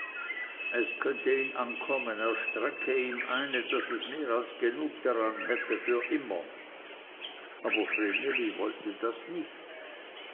es könnte ihn ankommen er stecke ihm eine daß es mehr als genug daran hätte für immer aber vreneli wollte das nicht